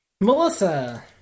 Melissa